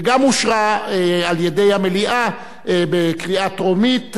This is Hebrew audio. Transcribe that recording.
וגם אושרה על-ידי המליאה בקריאה טרומית,